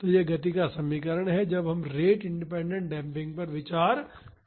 तो यह गति का समीकरण है जब हम रेट इंडिपेंडेंट डेम्पिंग पर विचार करते हैं